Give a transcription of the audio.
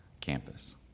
campus